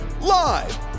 live